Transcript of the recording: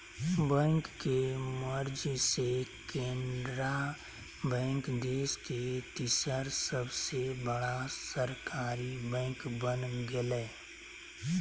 bank के merge से Canara bank देश के तीसर सबसे बड़का सरकारी बैंक बन गेलय